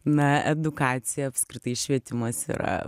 na edukacija apskritai švietimas yra